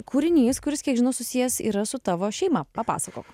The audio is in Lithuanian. kūrinys kuris kiek žinau susijęs yra su tavo šeima papasakok